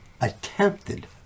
attempted